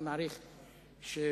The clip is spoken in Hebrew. אני מעריך שמשהו,